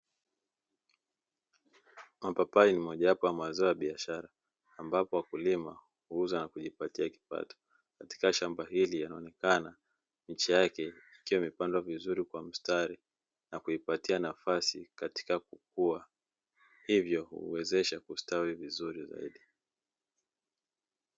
Mapapai ni mojawapo ya mazao ya biashara ambapo wakulima huuza na kujipatia kipato. Katika shamba hili inaonekana miche yake ikiwa imepandwa vizuri kwa mstari na kuipatia nafasi katika kukua hivyo huwezesha kustawi vizuri zaidi.